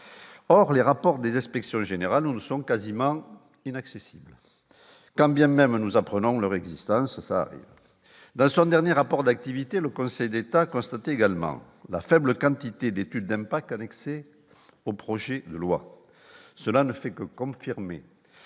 or les rapports des inspections générales où sont quasiment inaccessible, quand bien même nous apprenons leur existence, ça dans son dernier rapport d'activité, le Conseil d'État, constate également la faible quantité d'études d'impact annexé au projet de loi, cela ne fait que confirmer